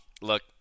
Look